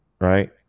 right